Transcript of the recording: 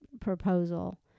proposal